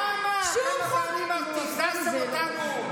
כמה תיזזתם אותנו,